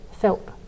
felt